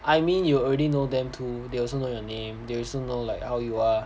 I mean you already know them too they also know your name they also know like how you are